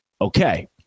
Okay